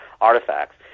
artifacts